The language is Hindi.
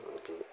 उनके